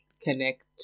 connect